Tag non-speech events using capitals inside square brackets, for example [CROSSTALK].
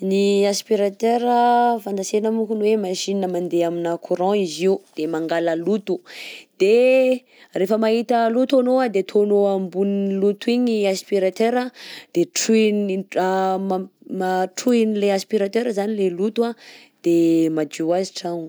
Ny aspiratera fantantsena mokony hoe machine mandeha amina courant izy io de mangala loto, de rehefa mahita loto anao de ataonao ambonin'ny loto igny aspiratera de trohiny [HESITATION] mamp- trohiny le aspiratera zany le loto de madio ho azy tragno.